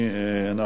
אם